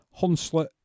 Hunslet